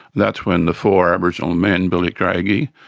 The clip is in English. that's when the four aboriginal men, billy craigie,